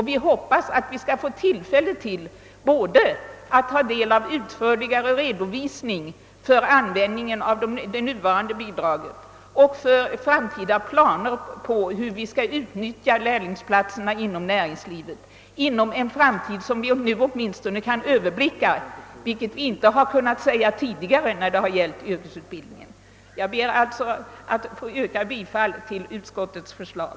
Vi hoppas att vi skall få tillfälle att ta del av både vederbörliga redovisningar för användningen av det nuvarande bidraget och planer för hur lärlingsplatserna inom näringslivet skall utnyttjas — och det inom en framtid som vi åtminstone kan överblicka, vilket vi inte har kunnat säga tidigare när det har gällt yrkesutbildningen. Jag ber att få yrka bifall till utskottets förslag.